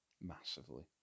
Massively